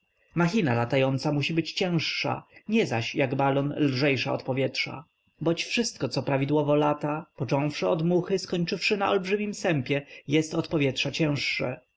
machina latająca musi być cięższa nie zaś jak balon lżejsza od powietrza boć wszystko co prawidłowo lata począwszy od muchy skończywszy na olbrzymim sępie jest od powietrza cięższe